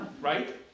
Right